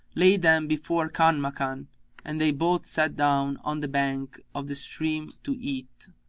laid them before kanmakan and they both sat down on the bank of the stream to eat.